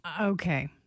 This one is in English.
Okay